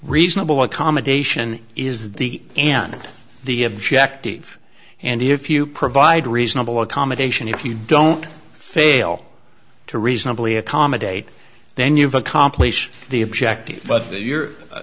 reasonable accommodation is the end of the objective and if you provide reasonable accommodation if you don't fail to reasonably accommodate then you've accomplished the objective